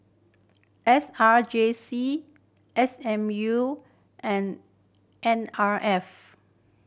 S R J C S M U and N R F